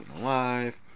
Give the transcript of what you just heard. Alive